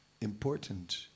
important